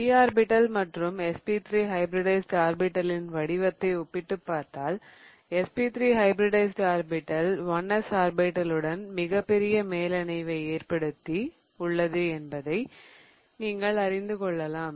p orbital மற்றும் sp3 hybridized ஆர்பிடலின் வடிவத்தை ஒப்பிட்டுப் பார்த்தால் sp3 ஹைபிரிடைஸிட் ஆர்பிடல் 1s ஆர்பிடலுடன் மிகப் பெரிய மேலணைவை ஏற்படுத்தி உள்ளது என்பதை நீங்கள் அறிந்துகொள்ளலாம்